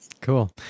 Cool